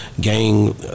gang